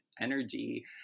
energy